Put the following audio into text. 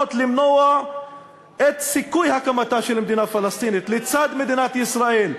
מכוונות למנוע את סיכוי הקמתה של מדינה פלסטינית לצד מדינת ישראל,